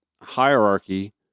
hierarchy